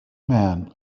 men